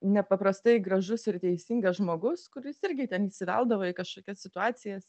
nepaprastai gražus ir teisingas žmogus kuris irgi ten įsiveldavo į kažkokias situacijas